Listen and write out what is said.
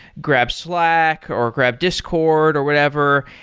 grab slack, or grab discord, or whatever,